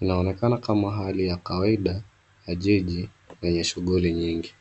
,inaonekana kama hali ya kawaida ya jiji yenye shughuli mingi.